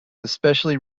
especially